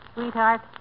Sweetheart